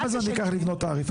כמה זמן ייקח לבנות תעריף?